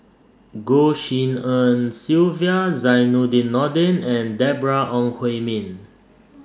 Goh Tshin En Sylvia Zainudin Nordin and Deborah Ong Hui Min